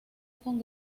con